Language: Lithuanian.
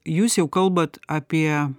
jūs jau kalbat apie